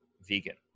vegan